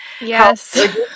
Yes